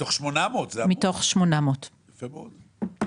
מתוך 800. זה המון, יפה מאוד.